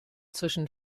zwischen